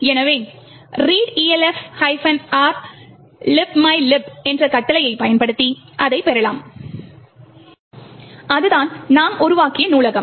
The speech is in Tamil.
எனவே readelf r libmylib என்ற கட்டளையைப் பயன்படுத்தி அதைப் பெறலாம் அதுதான் நாம் உருவாக்கிய நூலகம்